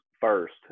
first